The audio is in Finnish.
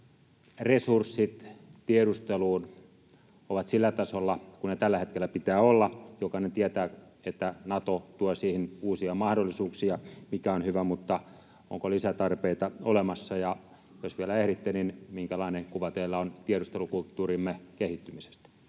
että resurssit tiedusteluun ovat sillä tasolla kuin niiden tällä hetkellä pitää olla? Jokainen tietää, että Nato tuo siihen uusia mahdollisuuksia, mikä on hyvä, mutta onko lisätarpeita olemassa? Ja jos vielä ehditte: minkälainen kuva teillä on tiedustelukulttuurimme kehittymisestä?